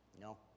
No